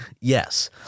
Yes